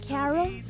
Carol